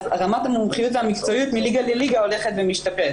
אז רמת המומחיות והמקצועיות מליגה לליגה הולכת ומשתפרת.